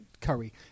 Curry